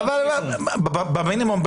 הבעיה במינימום.